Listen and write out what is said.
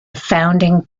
founding